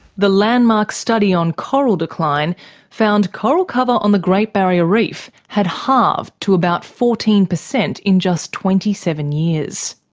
the landmark study on coral decline found coral cover on the great barrier reef had halved to about fourteen percent in just twenty seven years.